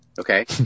Okay